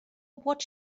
what